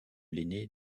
l’aîné